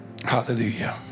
hallelujah